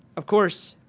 of course,